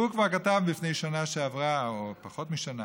והוא כתב כבר בשנה שעברה, או לפני פחות משנה,